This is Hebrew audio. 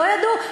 לא ידעו?